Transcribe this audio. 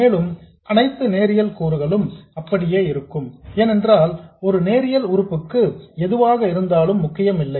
மேலும் அனைத்து நேரியல் கூறுகளும் அப்படியே இருக்கும் ஏனென்றால் ஒரு நேரியல் உறுப்புக்கு எதுவாக இருந்தாலும் முக்கியமில்லை